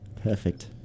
Perfect